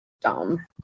dumb